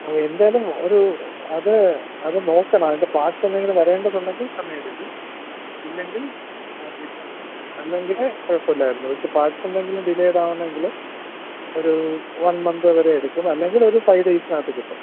ആ എന്തായാലും ഒരു അത് അത് നോക്കണം അതിൻ്റെ പാർസ് എന്തെങ്കിലും വരേണ്ടതുണ്ടെങ്കിൽ സമയം എടുക്കും ഇല്ലെങ്കിൽ അല്ലെങ്കിൽ കുഴപ്പം ഇല്ലായിരുന്നു പക്ഷെ പാർസ് എന്തെങ്കിലും ഡിലേയ്ഡ് ആവണമെങ്കിൽ ഒരു വൺ മന്ത് വരെ എടുക്കും അല്ലെങ്കിൽ ഒരു ഫൈവ് ഡേയ്സിനകത്ത് കിട്ടും